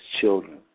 children